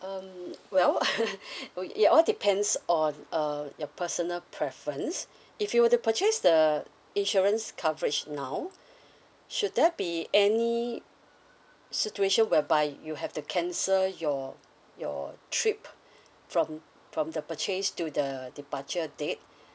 um well it all depends on uh your personal preference if you were to purchase the insurance coverage now should there be any situation whereby you have to cancel your your trip from from the purchase to the departure date